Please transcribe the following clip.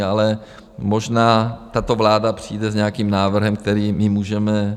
Ale možná tato vláda přijde s nějakým návrhem, který my můžeme...